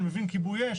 אני מבין כיבוי אש,